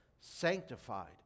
sanctified